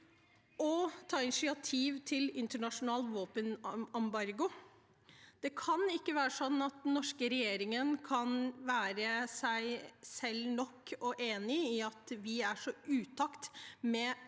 og ta initiativ til en internasjonal våpenembargo. Det kan ikke være sånn at den norske regjeringen kan være seg selv nok og enig i at vi er så i utakt med det